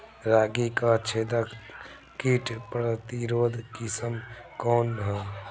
रागी क छेदक किट प्रतिरोधी किस्म कौन ह?